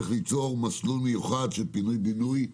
צריך ליצור מסלול מיוחד של פינוי-בינוי,